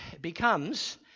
becomes